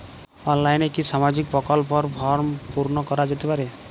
অনলাইনে কি সামাজিক প্রকল্পর ফর্ম পূর্ন করা যেতে পারে?